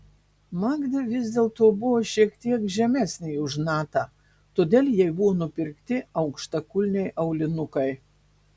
magda vis dėlto buvo šiek tiek žemesnė už natą todėl jai buvo nupirkti aukštakulniai aulinukai